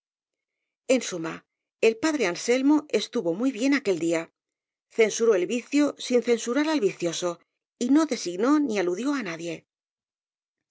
en suma el padre anselmo estuvo muy bien aquel día censuró el vicio sin censurar al vicioso y no designó ni aludió á nadie